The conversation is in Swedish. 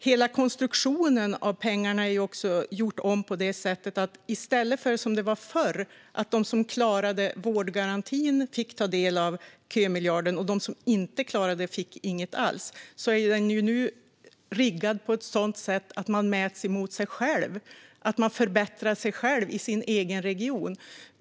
Hela konstruktionen av pengarna har vi också gjort om. Som det var förr fick de som klarade vårdgarantin ta del av kömiljarden, och de som inte klarade den fick inget alls. Nu är den riggad på ett sådant sätt att man mäts mot sig själv, att man förbättrar sig själv i sin egen region.